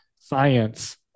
science